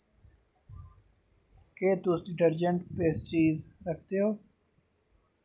क्या तुस detergent pastry रखदे ओ